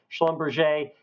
Schlumberger